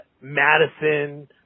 Madison